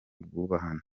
bwubahane